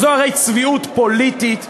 זו הרי צביעות פוליטית במיטבה,